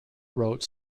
wrote